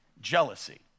Jealousy